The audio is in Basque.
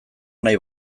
nahi